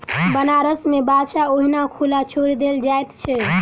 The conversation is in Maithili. बनारस मे बाछा ओहिना खुला छोड़ि देल जाइत छै